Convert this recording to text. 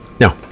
No